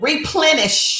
Replenish